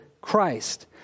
Christ